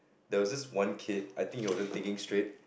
there was this one kid I think he wasn't thinking straight